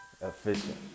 efficient